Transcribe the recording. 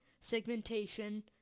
segmentation